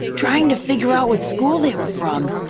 trying to figure out what school they were from.